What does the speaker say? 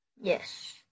Yes